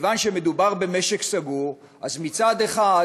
מכיוון שמדובר במשק סגור, אז מצד אחד